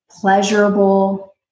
pleasurable